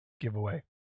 giveaway